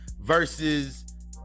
versus